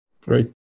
Great